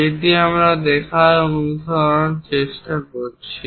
যেটি আমরা দেখার চেষ্টা করছি